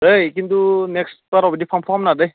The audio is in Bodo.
ओइ खिन्थु नेक्स्ट बाराव बिदि फां फुं खाम नाङा दै